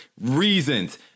reasons